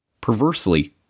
Perversely